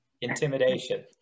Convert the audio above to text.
Intimidation